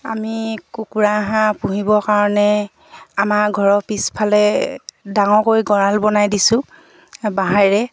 আমি কুকুৰা হাঁহ পুহিবৰ কাৰণে আমাৰ ঘৰৰ পিছফালে ডাঙৰকৈ গঁৰাল বনাই দিছোঁ বাঁহেৰে